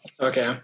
Okay